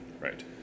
Right